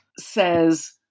says